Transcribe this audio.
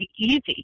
easy